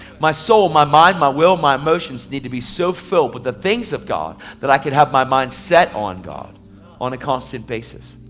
my soul, my mind, my will, my emotions need to be so filled with the things of god so that i can have my mind set on god on a constant basis.